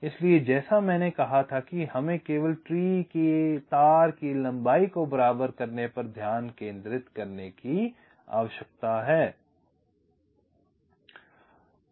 इसलिए जैसा कि मैंने कहा था कि हमें केवल पेड़ की तार की लंबाई को बराबर करने पर ध्यान केंद्रित करने की आवश्यकता है